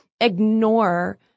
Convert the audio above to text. ignore